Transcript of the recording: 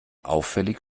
auffällig